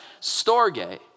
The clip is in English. storge